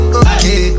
okay